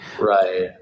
Right